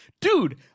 dude